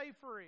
free